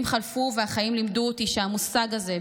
השנים חלפו והחיים לימדו אותי שהמושג הזה,